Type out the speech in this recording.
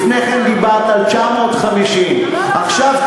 לפני כן דיברת על 950. עכשיו,